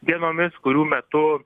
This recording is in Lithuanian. dienomis kurių metu